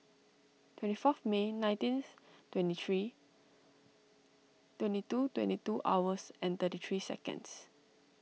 twenty fourth May nineteen twenty three twenty two twenty two hours and thirty three seconds